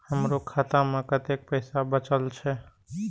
हमरो खाता में कतेक पैसा बचल छे?